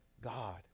God